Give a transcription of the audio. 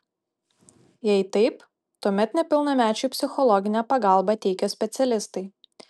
jei taip tuomet nepilnamečiui psichologinę pagalbą teikia specialistai